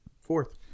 Fourth